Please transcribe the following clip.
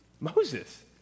Moses